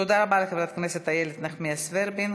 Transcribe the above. תודה רבה לחברת הכנסת איילת נחמיאס ורבין.